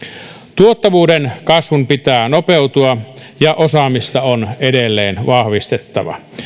tuottavuuden kasvun pitää nopeutua ja osaamista on edelleen vahvistettava